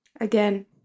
Again